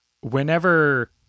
whenever